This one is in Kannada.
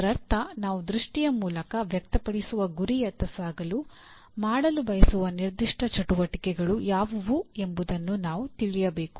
ಇದರರ್ಥ ನಾವು ದೃಷ್ಟಿಯ ಮೂಲಕ ವ್ಯಕ್ತಪಡಿಸುವ ಗುರಿಯತ್ತ ಸಾಗಲು ಮಾಡಲು ಬಯಸುವ ನಿರ್ದಿಷ್ಟ ಚಟುವಟಿಕೆಗಳು ಯಾವುವು ಎಂಬುದನ್ನು ನಾವು ತಿಳಿಯಬೇಕು